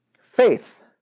Faith